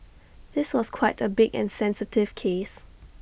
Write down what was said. this was quite A big and sensitive case